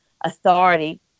authority